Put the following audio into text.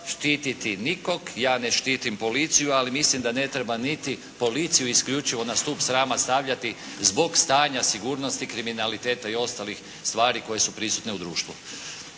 štiti nikoga, ja ne štitim policiju, ali mislim da ne treba niti policiju isključivo na stup srama stavljati zbog stanja sigurnosti kriminaliteta i ostalih stvari koje su prisutne u društvu.